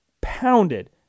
pounded